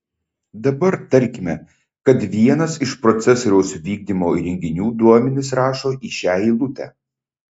dabar tarkime kad vienas iš procesoriaus vykdymo įrenginių duomenis rašo į šią eilutę